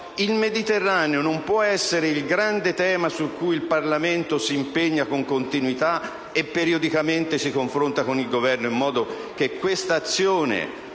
il Mediterraneo non può essere il grande tema su cui il Parlamento si impegna con continuità per poi periodicamente confrontarsi con il Governo, se vogliamo che l'azione